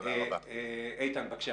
ברשותך, איתן, נפנה